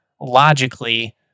logically